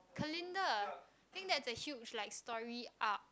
colander think that the huge like story arc